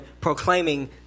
proclaiming